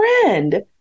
friend